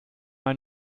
ein